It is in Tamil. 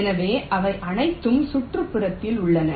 எனவே அவை அனைத்தும் சுற்றுப்புறத்தில் உள்ளன